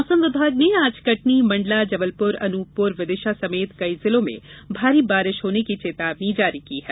मौसम विभाग ने आज कटनी मंडला जबलपुर अन्पपुर विदिशा समेत कई जिलों में भारी बारिश होने की चेतावनी जारी की है